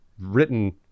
written